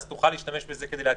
ואז תוכל להשתמש בו כדי להציגו.